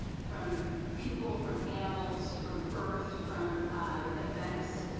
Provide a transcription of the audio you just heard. from people, from animals, from earth, from events.